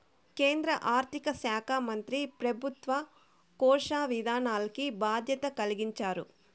కేంద్ర ఆర్థిక శాకా మంత్రి పెబుత్వ కోశ విధానాల్కి బాధ్యత కలిగించారు